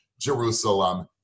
Jerusalem